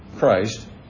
Christ